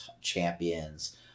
champions